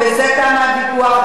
ובזה תם הוויכוח.